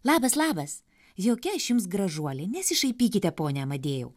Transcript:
labas labas jokia aš jums gražuolė nesišaipykite pone amadėjau